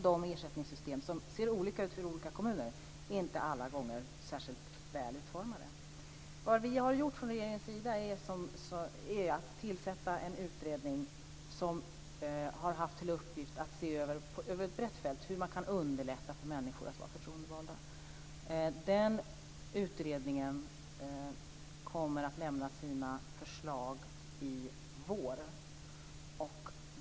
De ersättningssystem som finns, och som ser olika ut för olika kommuner, är inte alla gånger särskilt väl utformade. Det vi har gjort från regeringens sida är att tillsätta en utredning som har haft till uppgift att över ett brett fält undersöka hur man kan underlätta för människor att vara förtroendevalda. Den utredningen kommer att lämna sina förslag i vår.